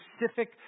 specific